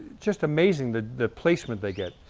just amazing the the placement they get.